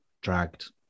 dragged